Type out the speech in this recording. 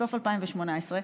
בסוף 2018,